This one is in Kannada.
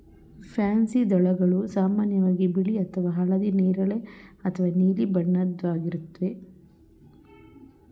ಪ್ಯಾನ್ಸಿ ದಳಗಳು ಸಾಮಾನ್ಯವಾಗಿ ಬಿಳಿ ಅಥವಾ ಹಳದಿ ನೇರಳೆ ಅಥವಾ ನೀಲಿ ಬಣ್ಣದ್ದಾಗಿರುತ್ವೆ